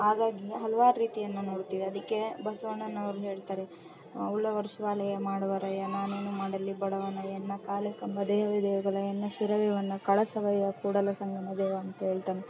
ಹಾಗಾಗಿ ಹಲವಾರು ರೀತಿಯನ್ನು ನೋಡುತ್ತೇವೆ ಅದಕ್ಕೆ ಬಸವಣ್ಣನವರು ಹೇಳ್ತಾರೆ ಉಳ್ಳವರು ಶಿವಾಲಯ ಮಾಡುವರಯ್ಯ ನಾನೇನು ಮಾಡಲಿ ಬಡವನಯ್ಯ ನನ್ನ ಕಾಲೆ ಕಂಬ ದೇಹವೆ ದೇಗುಲ ಎನ್ನ ಶಿರವೇ ಹೊನ್ನ ಕಳಸವಯ್ಯ ಕೂಡಲ ಸಂಗಮದೇವ ಅಂತ್ಹೇಳ್ತಾನೆ